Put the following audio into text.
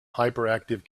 hyperactive